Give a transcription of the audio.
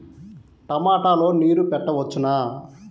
టమాట లో నీరు పెట్టవచ్చునా?